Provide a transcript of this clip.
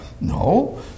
No